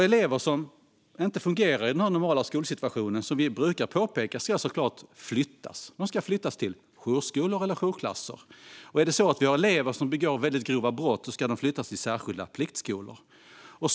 Elever som inte fungerar i den normala skolsituationen ska självklart, som vi brukar påpeka, utan undantag flyttas till jourskolor eller jourklasser. Om det finns elever som begår särskilt grova brott ska de flyttas till särskilda pliktskolor.